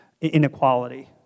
inequality